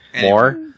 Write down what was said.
More